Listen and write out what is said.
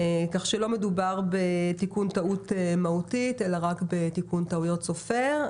כך שלא מדובר בתיקון טעות מהותית אלא רק בתיקון טעויות סופר.